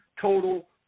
total